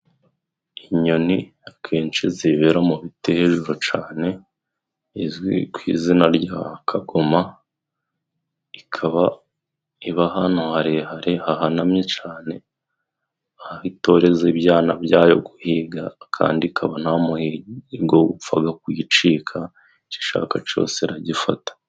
Inyoni akenshi zibera mu biti hejuru cane, izwi ku izina rya Kagoma, ikaba iba ahantu harehare hahanamye cane, Aho itorereza ibyana byayo guhiga kandi ikaba nta muhigo upfaga kuyicika, icyo ishaka cyose iragifata.